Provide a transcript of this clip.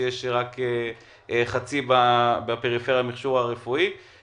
שרק חצי מכמות המכשור הרפואי נמצאת בפריפריה.